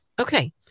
Okay